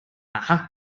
aha